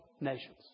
nations